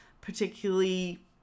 particularly